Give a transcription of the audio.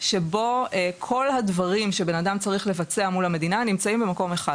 שבו כל הדברים שבן אדם צריך לבצע מול המדינה נמצאים במקום אחד.